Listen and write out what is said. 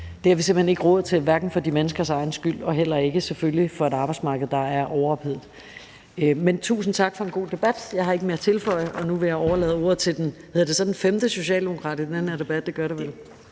det har vi simpelt hen ikke råd til, hverken for de menneskers egen skyld eller et arbejdsmarked, der er overophedet. Men tusind tak for en god debat. Jeg har ikke mere at tilføje, og nu vil jeg overlade ordet til den næste i den her debat, og hedder det